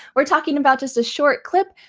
we're talking about just a short clip,